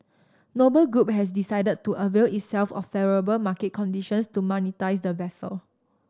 Noble Group has decided to avail itself of favourable market conditions to monetise the vessel